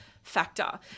Factor